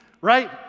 right